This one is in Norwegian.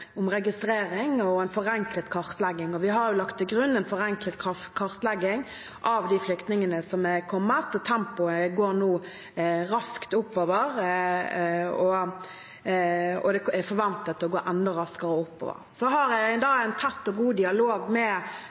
om registrering og en forenklet kartlegging, og vi har lagt til grunn en forenklet kartlegging av de flyktningene som er kommet. Tempoet går nå raskt oppover, og det er forventet å gå enda raskere oppover. Så har jeg en tett og god dialog med